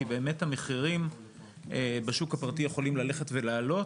באמת המחירים בשוק הפרטי יכולים ללכת ולעלות